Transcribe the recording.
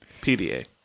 PDA